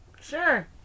Sure